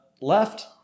left